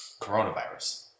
coronavirus